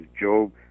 Job